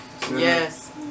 Yes